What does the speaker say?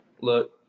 look